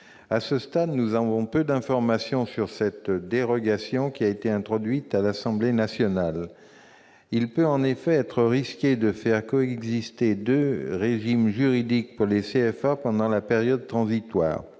À ce stade, nous disposons de peu d'informations sur cette dérogation, qui a été introduite à l'Assemblée nationale. Il peut être risqué de faire coexister deux régimes juridiques pour les CFA pendant la période transitoire.